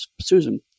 Susan